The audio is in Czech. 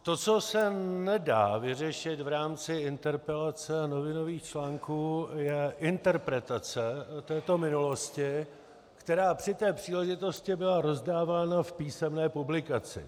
To, co se nedá vyřešit v rámci interpelace a novinových článků, je interpretace této minulosti, která při té příležitosti byla rozdávána v písemné publikaci.